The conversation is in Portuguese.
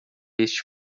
este